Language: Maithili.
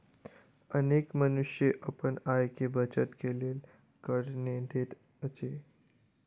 अनेक मनुष्य अपन आय के बचत के लेल कर नै दैत अछि